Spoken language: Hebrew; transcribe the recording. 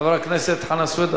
חבר הכנסת חנא סוייד,